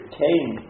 came